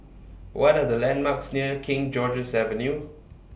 What Are The landmarks near King George's Avenue